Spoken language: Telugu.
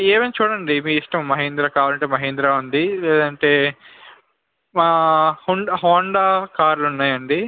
ఏవైనా చూడండి మీ ఇష్టం మహేంద్ర కావాలి అంటే మహేంద్ర ఉంది లేదంటే హోం హోండా కార్లు ఉన్నాయి అండి